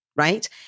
Right